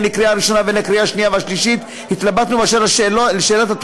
הן לקריאה הראשונה והן לקריאה השנייה והשלישית,